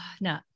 no